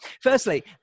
Firstly